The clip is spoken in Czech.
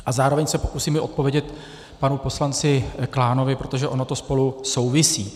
A zároveň se pokusím i odpovědět panu poslanci Klánovi, protože ono to spolu souvisí.